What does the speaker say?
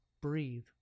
breathe